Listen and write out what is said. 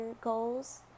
goals